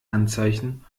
handzeichen